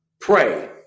pray